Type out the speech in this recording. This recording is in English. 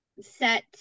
set